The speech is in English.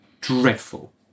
dreadful